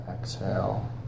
exhale